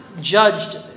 judged